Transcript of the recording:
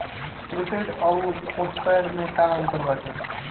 Prepaid अउर postpaid में का अंतर बाटे?